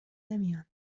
نمیان